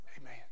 Amen